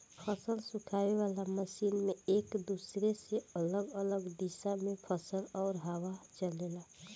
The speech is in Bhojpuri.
फसल सुखावे वाला मशीन में एक दूसरे से अलग अलग दिशा में फसल और हवा चलेला